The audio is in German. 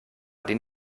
den